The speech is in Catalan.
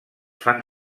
fan